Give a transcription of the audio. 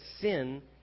sin